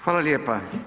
Hvala lijepa.